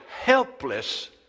helpless